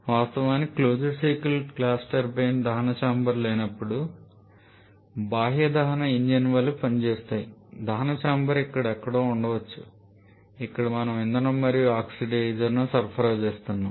వాస్తవానికి close cycle gas టర్బైన్లు దహన చాంబర్ లేనప్పుడు బాహ్య దహన ఇంజిన్ల వలె పనిచేస్తాయి దహన చాంబర్ ఇక్కడ ఎక్కడో ఉండవచ్చు ఇక్కడ మనం ఇంధనం మరియు ఆక్సిడైజర్ను సరఫరా చేస్తున్నాము